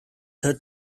her